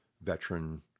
veteran